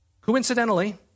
Coincidentally